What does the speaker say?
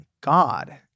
God